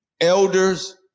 Elders